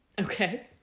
Okay